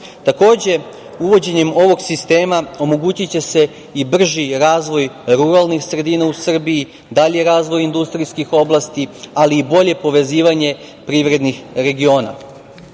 Takođe, uvođenjem ovog sistema omogućiće se i brži razvoj ruralnih sredina u Srbiji, dalji razvoj industrijskih oblasti, ali i bolje povezivanje privrednih